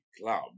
club